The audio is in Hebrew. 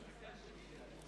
לסעיף 02, הכנסת, לא נתקבלה.